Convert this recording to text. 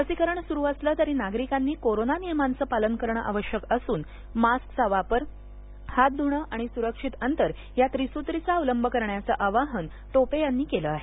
लसीकरण सुरु असले तरी नागरिकांनी कोरोना नियमांचे पालन करणे आवश्यक असून मास्कचा वापर हात धुणे आणि सुरक्षित अंतर या त्रिसुत्रीचा अवलंब करण्याचे आवाहन टोपे यांनी केलं आहे